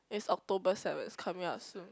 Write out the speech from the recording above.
it's October seven is coming up soon